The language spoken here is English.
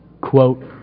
quote